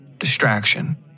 distraction